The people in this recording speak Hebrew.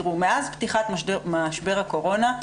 מאז תחילת משבר הקורונה,